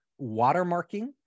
watermarking